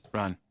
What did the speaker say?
run